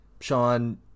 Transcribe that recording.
Sean